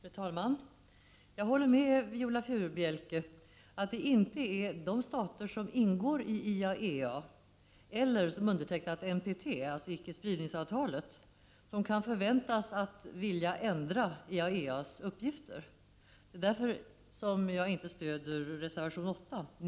Fru talman! Jag håller med Viola Furubjelke om att det inte är de stora stater som ingår i IAEA eller som undertecknat NPT som kan förväntas ändra i IAEA:s uppgifter. Det är därför vi inte stöder reservation 8.